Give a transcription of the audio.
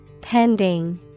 Pending